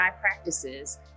practices